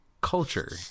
Culture